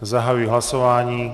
Zahajuji hlasování.